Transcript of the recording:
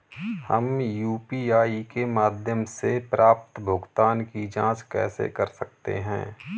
हम यू.पी.आई के माध्यम से प्राप्त भुगतान की जॉंच कैसे कर सकते हैं?